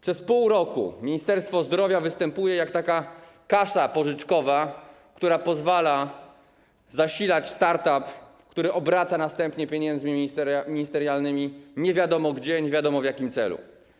Przez pół roku Ministerstwo Zdrowia występuje jak taka kasa pożyczkowa, która pozwala zasilać start-up, który następnie obraca pieniędzmi ministerialnymi - nie wiadomo gdzie, nie wiadomo, w jakim celu.